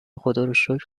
خداروشکر